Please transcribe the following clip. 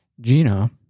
Gina